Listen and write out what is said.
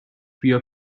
بیا